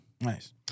Nice